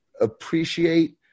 appreciate